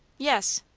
yes.